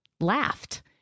laughed